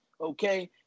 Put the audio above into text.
okay